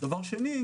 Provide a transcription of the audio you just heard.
שנית,